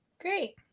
great